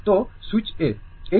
তো switch A